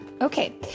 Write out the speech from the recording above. Okay